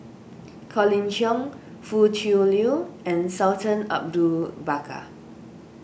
Colin Cheong Foo Tui Liew and Sultan Bakar